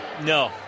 No